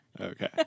Okay